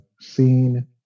seen